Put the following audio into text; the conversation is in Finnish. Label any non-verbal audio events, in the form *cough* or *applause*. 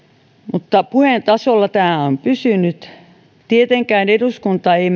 mutta puheen tasolla tämä on pysynyt tietenkään eduskunta ei *unintelligible*